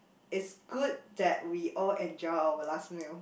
it's good that we all enjoy our last meal